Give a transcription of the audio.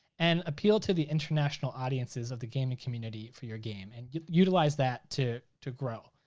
and appeal to the international audiences of the gaming community for your game. and utilize that to to grow,